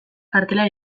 kartela